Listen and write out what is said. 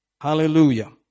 Hallelujah